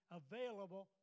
available